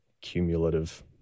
cumulative